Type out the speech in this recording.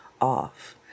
off